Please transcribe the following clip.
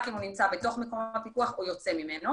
רק אם הוא נמצא בתוך מקום הפיקוח או יוצא ממנו.